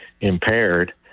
impaired